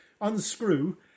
unscrew